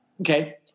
Okay